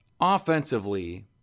offensively